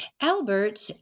Albert